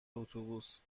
اتوبوس